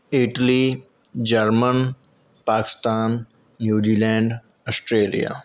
Italy German Pakistan New Zealand Australia